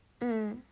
mm